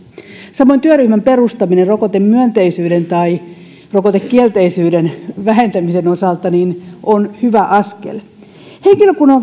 samoin työryhmän perustaminen rokotemyönteisyyden tai rokotekielteisyyden vähentämisen osalta on hyvä askel henkilökunnan